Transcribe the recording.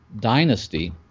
dynasty